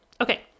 Okay